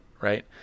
right